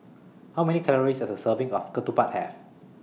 How Many Calories Does A Serving of Ketupat Have